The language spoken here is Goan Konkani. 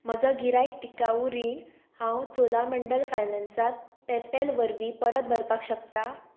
म्हजो गिरायक टिकाऊ रीण हांव चोलामंडल फायन्सान पेपॅल वरवीं परत भरपाक शकता